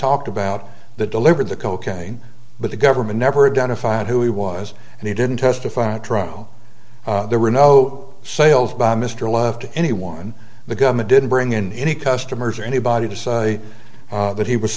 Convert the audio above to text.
talked about that delivered the cocaine but the government never identified who he was and he didn't testify at trial there were no sales by mr left to anyone the government didn't bring in any customers or anybody to say that he was